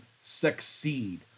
succeed